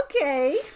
Okay